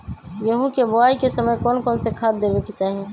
गेंहू के बोआई के समय कौन कौन से खाद देवे के चाही?